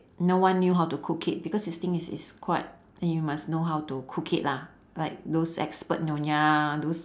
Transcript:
no one knew how to cook it because this thing it's it's quite then you must know how to cook it lah like those expert nyonya those